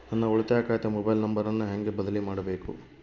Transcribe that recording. ನನ್ನ ಉಳಿತಾಯ ಖಾತೆ ಮೊಬೈಲ್ ನಂಬರನ್ನು ಹೆಂಗ ಬದಲಿ ಮಾಡಬೇಕು?